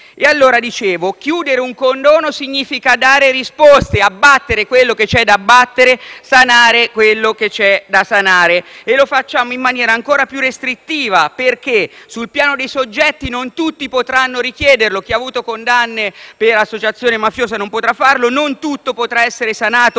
esigenze di tempo. Chiudere un condono significa dare risposte, abbattere quello che c’è da abbattere e sanare quello che c’è da sanare. E lo facciamo in maniera ancora più restrittiva, perché sul piano dei soggetti non tutti potranno richiederlo (chi ha avuto condanne per associazione mafiosa non potrà farlo) e non tutto potrà essere sanato